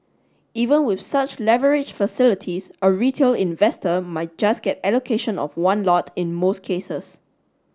even with such leverage facilities a retail investor might just get allocation of one lot in most cases